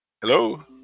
Hello